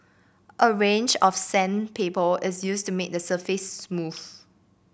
a range of sandpaper is used to make the surface smooth